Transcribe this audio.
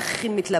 איך היא מתלבשת,